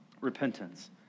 Repentance